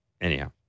Anyhow